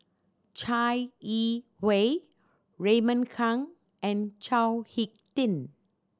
Chai Yee Wei Raymond Kang and Chao Hick Tin